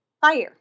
fire